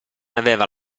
aveva